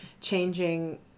changing